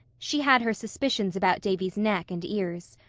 she had her suspicions about davy's neck and ears.